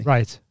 Right